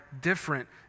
different